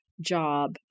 job